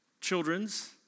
children's